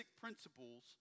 principles